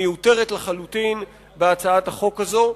מיותרת לחלוטין, בהצעת החוק הזו.